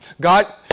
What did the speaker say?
God